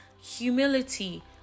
humility